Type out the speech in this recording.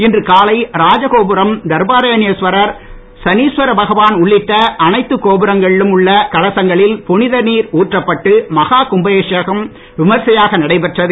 இன்று காலை ராஜகோபுரம் தர்பாரண்யேஸ்வரர் சனிஸ்வரபகவான் உள்ளிட்ட அனைத்து கோபுரங்களிலும் உள்ள கலசங்களில் புனித நீர் ஊற்றப்பட்டு மகா கும்பாபிஷேகம் விமரிசையாக நடைபெற்றது